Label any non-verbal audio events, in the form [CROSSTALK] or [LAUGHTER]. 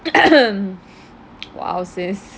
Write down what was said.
[COUGHS] !wow! sis